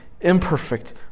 imperfect